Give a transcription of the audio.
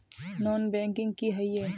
Non banking किए हिये है?